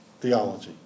theology